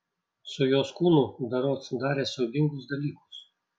su jos kūnu berods darė siaubingus dalykus